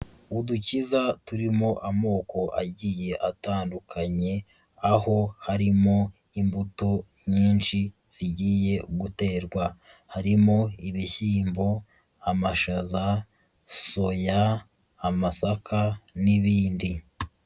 Udukiza turimo amoko agiye atandukanye, aho harimo imbuto nyinshi zigiye guterwa, harimo ibishyimbo, amashaza, soya, amasaka n'ibindi.